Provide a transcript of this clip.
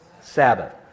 Sabbath